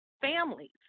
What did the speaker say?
families